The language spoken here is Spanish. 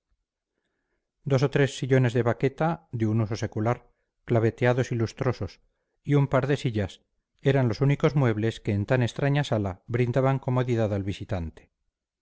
dos o tres sillones de vaqueta de un uso secular claveteados y lustrosos y un par de sillas eran los únicos muebles que en tan extraña sala brindaban comodidad al visitante